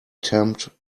tempt